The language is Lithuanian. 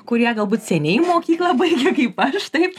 kurie galbūt seniai mokyklą baigė kaip aš taip